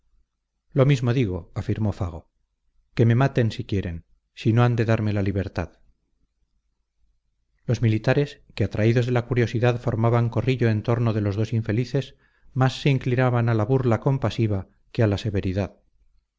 lo mismo digo afirmó fago que me maten si quieren si no han de darme la libertad los militares que atraídos de la curiosidad formaban corrillo en torno de los dos infelices más se inclinaban a la burla compasiva que a la severidad